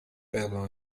perdono